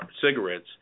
cigarettes